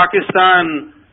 Pakistan